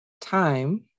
time